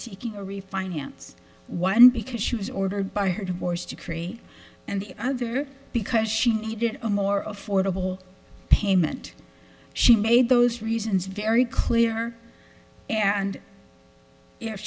seeking a refinance one because she was ordered by her divorce decree and the other because she needed more of fordable payment she made those reasons very clear and if